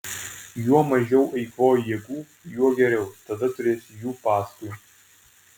juo mažiau eikvoji jėgų juo geriau tada turėsi jų paskui